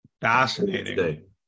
Fascinating